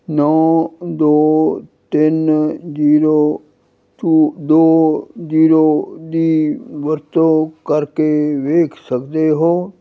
ਨੌਂ ਦੋ ਤਿੰਨ ਜੀਰੋ ਟੁ ਦੋ ਜੀਰੋ ਦੀ ਵਰਤੋਂ ਕਰਕੇ ਵੇਖ ਸਕਦੇ ਹੋ